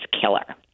killer